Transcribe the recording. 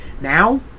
Now